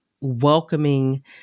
welcoming